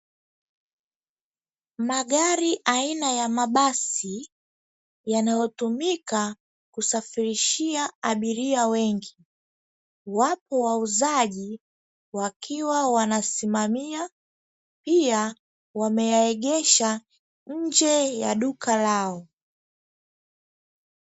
Magari aina ya mabasi yanayotumika kusafirishia abiria wengi, wapo wauzaji wakiwa wanasimamia pia wameyaegesha nje ya duka lao.